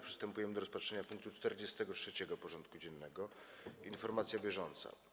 Przystępujemy do rozpatrzenia punktu 43. porządku dziennego: Informacja bieżąca.